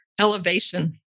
elevation